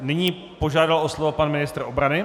Nyní požádal o slovo pan ministr obrany.